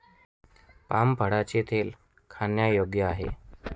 palm फळाचे तेल खाण्यायोग्य आहे